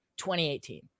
2018